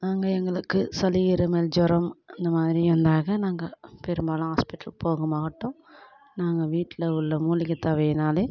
நாங்கள் எங்களுக்கு சளி இருமல் ஜுரம் இந்த மாதிரி வந்தாக்கா நாங்கள் பெரும்பாலும் ஹாஸ்பிட்டல் போகமாட்டோம் நாங்கள் வீட்டில் உள்ள மூலிகை தொவையினாலே